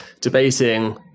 debating